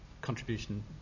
contribution